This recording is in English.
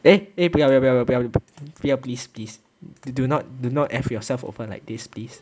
eh eh 不要不要不要不要不要 please please do not do not F yourself over like this please